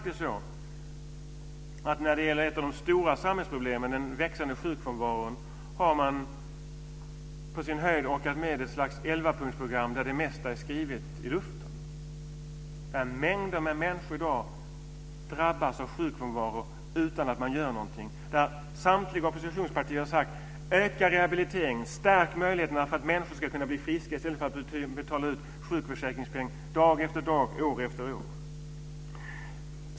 När det gäller ett av de stora samhällsproblemen, den växande sjukfrånvaron, har man på sin höjd orkat med ett slags elvapunktsprogram där det mesta är skrivet i luften. Mängder av människor drabbas i dag av sjukfrånvaro utan att man gör någonting. Samtliga oppositionspartier har sagt: Öka rehabiliteringen, stärk möjligheterna för människor att bli friska i stället för att betala ut sjukförsäkringspengar dag efter dag, år efter år.